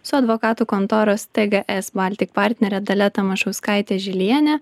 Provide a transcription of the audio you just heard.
su advokatu kontoros tgs baltic partnere dalia tamašauskaite žiliene